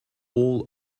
all